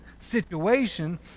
situation